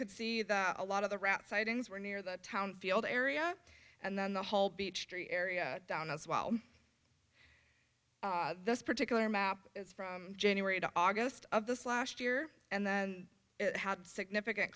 can see that a lot of the rat sightings were near the town field area and then the whole beech tree area down as well this particular map is from january to august of this last year and then it had significant